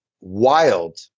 wild